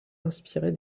inspirée